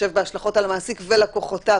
בהתחשב בהשלכות על המעסיק ולקוחותיו,